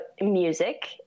music